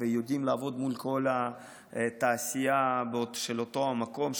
ויודעים לעבוד מול כל התעשייה של אותו המקום,